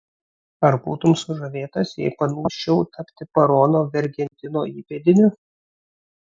ar būtum sužavėtas jei panūsčiau tapti barono vergentino įpėdiniu